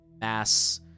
mass